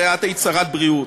הרי את היית שרת הבריאות,